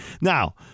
Now